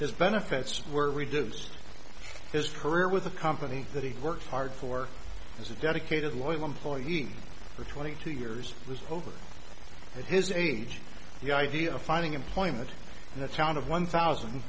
his benefits were reduced his career with a company that he worked hard for as a dedicated loyal employee for twenty two years was over at his age the idea of finding employment in the town of one thousand